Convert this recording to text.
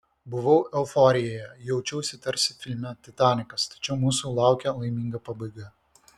buvau euforijoje jaučiausi tarsi filme titanikas tačiau mūsų laukė laiminga pabaiga